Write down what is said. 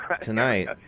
tonight